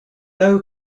now